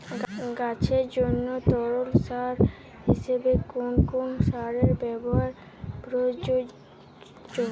গাছের জন্য তরল সার হিসেবে কোন কোন সারের ব্যাবহার প্রযোজ্য?